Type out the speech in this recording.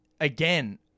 again